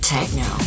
Techno